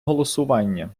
голосування